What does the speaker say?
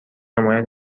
حمایت